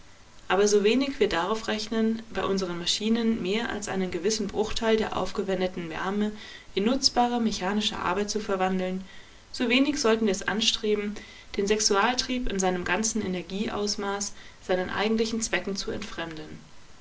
aber so wenig wir darauf rechnen bei unseren maschinen mehr als einen gewissen bruchteil der aufgewendeten wärme in nutzbare mechanische arbeit zu verwandeln so wenig sollten wir es anstreben den sexualtrieb in seinem ganzen energieausmaß seinen eigentlichen zwecken zu entfremden